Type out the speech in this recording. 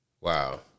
Wow